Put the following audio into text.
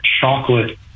chocolate